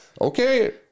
okay